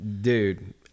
dude